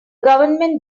government